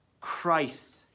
Christ